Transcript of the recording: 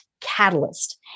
catalyst